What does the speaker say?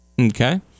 Okay